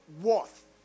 worth